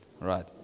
Right